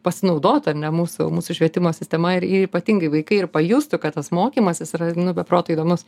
pasinaudotų ar ne mūsų mūsų švietimo sistema ir ir ypatingai vaikai ir pajustų kad tas mokymasis yra nu be proto įdomus